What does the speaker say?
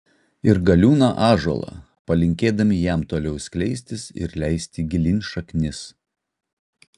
ir galiūną ąžuolą palinkėdami jam toliau skleistis ir leisti gilyn šaknis